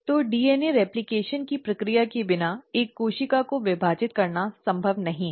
तो DNA replication की प्रक्रिया के बिना एक कोशिका को विभाजित करना संभव नहीं है